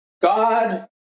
God